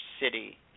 city